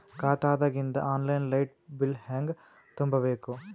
ಖಾತಾದಾಗಿಂದ online light bill ಹೇಂಗ ತುಂಬಾ ಬೇಕು?